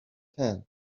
hand